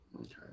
Okay